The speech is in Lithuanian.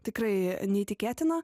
tikrai neįtikėtiną